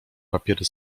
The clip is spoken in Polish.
papiery